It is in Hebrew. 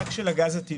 רק של הגז,